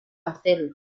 hacerlo